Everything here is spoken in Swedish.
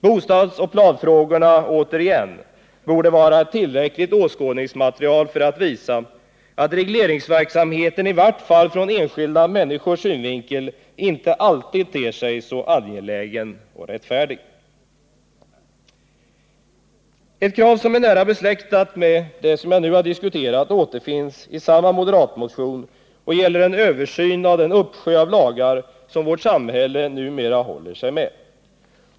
Bostadsoch planfrågorna — återigen — borde vara ett tillräckligt åskådningsmaterial för att visa att regleringsverksamheten i vart fall ur enskilda människors synvinkel inte alltid ter sig så angelägen och rättfärdig. Ett krav som är nära besläktat med det som jag nu har diskuterat återfinns i samma moderatmotion och gäller en översyn av den uppsjö av lagar som vårt samhälle numera håller sig med.